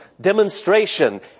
demonstration